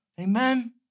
Amen